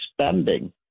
spending